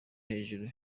hejuru